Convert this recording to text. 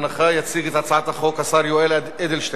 יציג את הצעת החוק השר להגנת הסביבה השר גלעד ארדן.